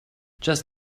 just